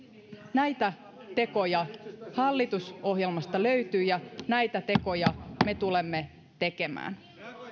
näitä tekoja hallitusohjelmasta löytyy ja näitä tekoja me tulemme tekemään